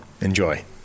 Enjoy